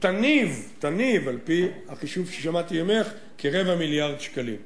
תניב על-פי החישוב ששמעתי ממך כרבע מיליארד שקלים.